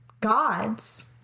gods